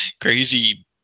crazy